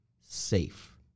safe